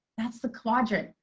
that's the quadrant,